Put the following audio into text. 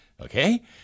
Okay